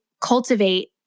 cultivate